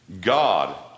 God